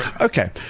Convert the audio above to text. Okay